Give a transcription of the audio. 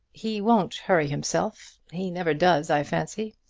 he won't hurry himself. he never does, i fancy.